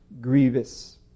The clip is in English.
grievous